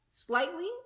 slightly